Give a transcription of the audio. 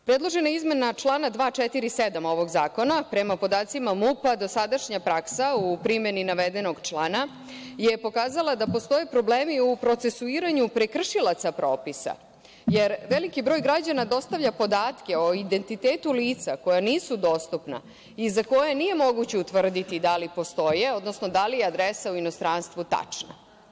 Predložena izmena člana 247. ovog zakona, prema podacima MUP-a, dosadašnja praksa u primeni navedenog člana je pokazala da postoje problemi u procesuiranju prekršilaca propisa, jer veliki broj građana dostavlja podatke o identitetu lica koja nisu dostupna i za koje nije moguće utvrditi da li postoje, odnosno da li je adresa u inostranstvu tačna.